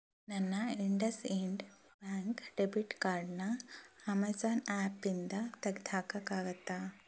ನನ್ನ IndusInd bank debit ಕಾರ್ಡನ್ನ Amazon ಆ್ಯಪಿಂದ ತೆಗ್ದು ಹಾಕೋಕ್ಕಾಗತ್ತಾ